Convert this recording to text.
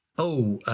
oh,